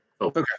Okay